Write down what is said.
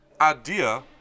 Idea